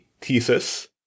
thesis